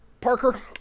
Parker